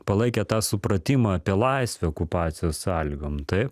palaikė tą supratimą apie laisvę okupacijos sąlygom taip